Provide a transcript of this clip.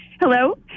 Hello